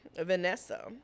Vanessa